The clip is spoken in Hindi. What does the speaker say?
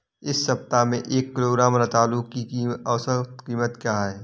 इस सप्ताह में एक किलोग्राम रतालू की औसत कीमत क्या है?